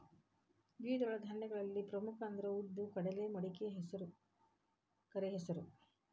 ದ್ವಿದಳ ಧಾನ್ಯಗಳಲ್ಲಿ ಪ್ರಮುಖ ಅಂದ್ರ ಉದ್ದು, ಕಡಲೆ, ಮಡಿಕೆ, ಕರೆಹೆಸರು